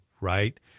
right